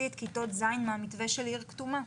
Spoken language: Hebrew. את כיתות ז' מהמתווה של עיר כתומה.